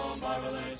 marvelous